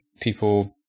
people